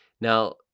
Now